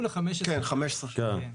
15 שנה.